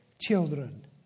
children